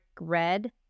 red